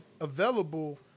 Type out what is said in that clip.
available